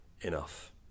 enough